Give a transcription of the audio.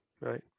Right